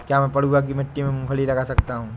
क्या मैं पडुआ की मिट्टी में मूँगफली लगा सकता हूँ?